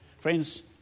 Friends